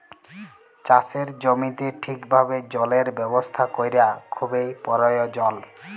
চাষের জমিতে ঠিকভাবে জলের ব্যবস্থা ক্যরা খুবই পরয়োজল